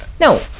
No